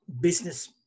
business